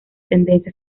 tendencia